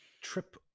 trip